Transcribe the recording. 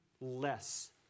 less